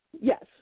Yes